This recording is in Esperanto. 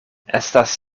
estas